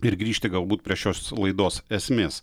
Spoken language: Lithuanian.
ir grįžti galbūt prie šios laidos esmės